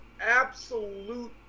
absolute